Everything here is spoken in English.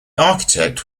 architect